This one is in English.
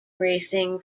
racing